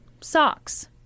socks